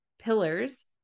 pillars